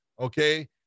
okay